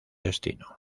destino